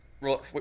roll